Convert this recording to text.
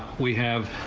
we have.